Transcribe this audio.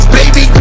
baby